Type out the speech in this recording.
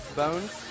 bones